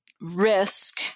risk